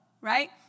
right